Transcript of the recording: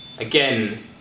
again